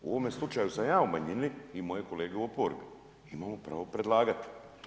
U ovome slučaju sam ja u manjini i moji kolege u oporbi, imamo pravo predlagati.